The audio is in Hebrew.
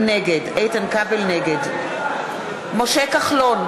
נגד משה כחלון,